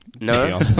No